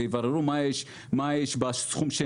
ויבררו מה יש בסכום,